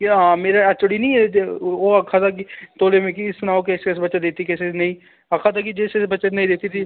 ते हां मेरे ऐच्चओडी निं ऐ ओह् आक्खै दा कि तौले मिकी सनाओ किस किस बच्चे देई दित्ती किस किस नेईं आक्खा दा जिस जिस बच्चे ने नेईं दित्ती दी